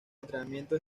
entrenamiento